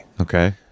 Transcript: Okay